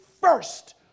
first